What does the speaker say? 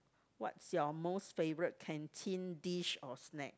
what's your most favorite canteen dish or snack